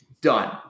done